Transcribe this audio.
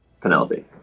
Penelope